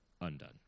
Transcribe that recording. undone